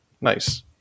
Nice